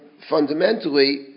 fundamentally